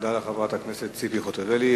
תודה תודה לחברת הכנסת ציפי חוטובלי.